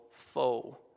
foe